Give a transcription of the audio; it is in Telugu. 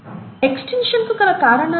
ఎక్స్టింక్షన్ కు గల కారణాలు ఏమిటి